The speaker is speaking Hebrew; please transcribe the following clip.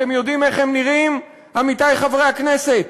אתם יודעים איך הם נראים, עמיתי חברי הכנסת?